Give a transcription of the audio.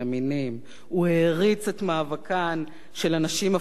הוא העריץ את מאבקן של הנשים הפמיניסטיות